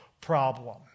problem